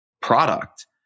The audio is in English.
product